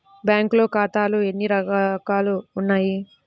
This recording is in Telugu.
బ్యాంక్లో ఖాతాలు ఎన్ని రకాలు ఉన్నావి?